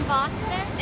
Boston